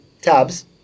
tabs